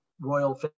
Royal